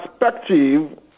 perspective